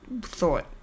thought